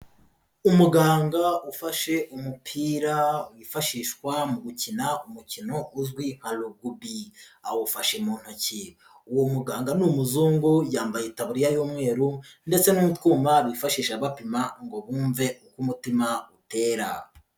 Umuganga ufashe umupira wifashishwa mu gukina umukino uzwi nka rugubi, awufashe mu ntoki, uwo muganga ni umuzungu yambaye itabuririya y'umweru ndetse n'utwuma bifashisha bapima ngo bumve uko umutima utera.